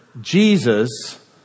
Jesus